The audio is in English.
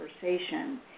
conversation